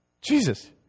Jesus